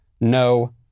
no